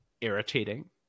irritating